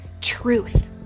truth